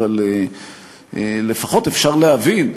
אבל לפחות אפשר להבין.